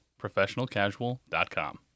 ProfessionalCasual.com